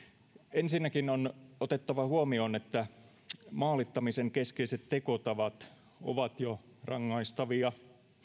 ensinnäkin on otettava huomioon että maalittamisen keskeiset tekotavat ovat jo rangaistavia